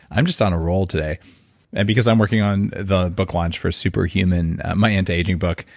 i'm just on a roll today and because i'm working on the book launch for super human, my anti-aging book,